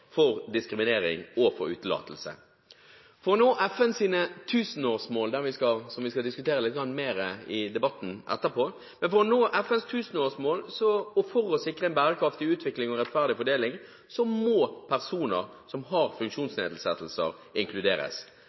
for diskriminering og utelatelse. For å nå FNs tusenårsmål – som vi skal diskutere litt mer i debatten etterpå – og for å sikre en bærekraftig utvikling og rettferdig fordeling må personer som har funksjonsnedsettelser, inkluderes.